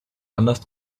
anders